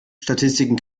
statistiken